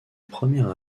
premier